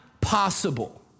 possible